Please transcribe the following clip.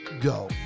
go